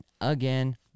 again